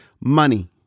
money